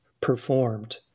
performed